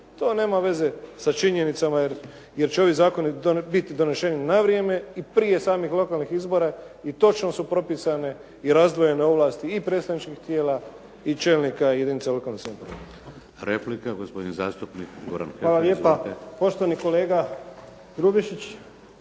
To nema veze sa činjenicama jer će ovi zakoni biti doneseni na vrijeme i prije samih lokalnih izbora i točno su propisane i razdvojene ovlasti i predstavničkih tijela i čelnika jedinica lokalne samouprave. **Šeks, Vladimir (HDZ)** Replika, gospodin zastupnik Goran Heffer. Izvolite.